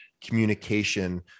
communication